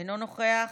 אינו נוכח,